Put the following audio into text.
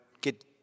get